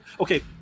okay